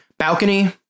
balcony